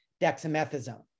dexamethasone